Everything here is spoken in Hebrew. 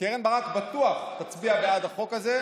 קרן ברק בטוח תצביע בעד החוק הזה,